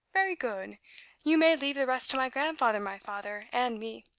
very good you may leave the rest to my grandfather, my father, and me.